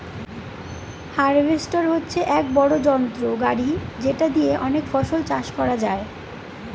harvester হচ্ছে এক বড়ো যন্ত্র গাড়ি যেটা দিয়ে অনেক ফসল চাষ করা যায়